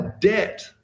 debt